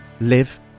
live